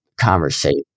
conversation